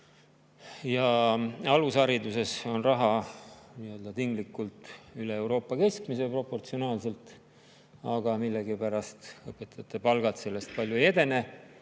ja alushariduses, on raha tinglikult üle Euroopa keskmise, seda proportsionaalselt, aga millegipärast õpetajate palgad sellest palju ei edene.